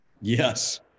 Yes